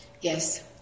Yes